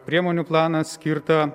priemonių planą skirtą